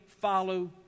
follow